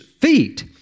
feet